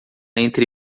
entre